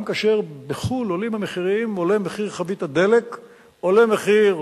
גם כאשר בחו"ל עולים המחירים, עולה מחיר